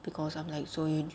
because I'm like so range